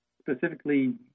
specifically